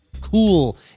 Cool